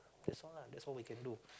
that's what that's what we can do